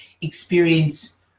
experience